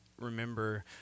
remember